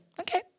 Okay